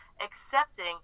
accepting